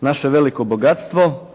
naše veliko bogatstvo,